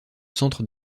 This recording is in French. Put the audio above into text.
centre